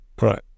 Right